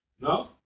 No